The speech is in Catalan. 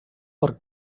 per